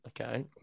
okay